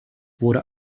wurde